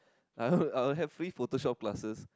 I heard I will have free photo shop classes